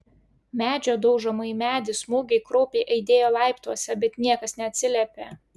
medžio daužomo į medį smūgiai kraupiai aidėjo laiptuose bet niekas neatsiliepė